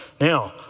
Now